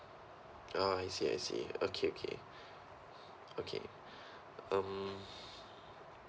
ah I see I see okay okay okay um